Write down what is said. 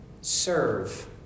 serve